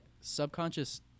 subconscious